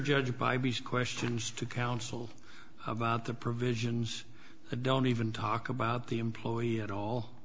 judge by beast questions to counsel about the provisions of don't even talk about the employee at all